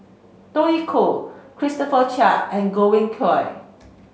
Tony Khoo Christopher Chia and Godwin Koay